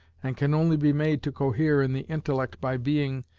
and can only be made to cohere in the intellect by being,